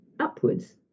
upwards